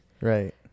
Right